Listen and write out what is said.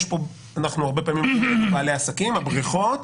בעלי העסקים והבריכות,